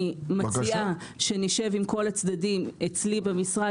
אני מציעה שנשב עם כל הצדדים אצלי במשרד,